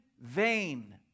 vain